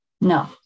no